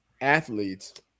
athletes